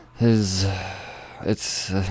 is—it's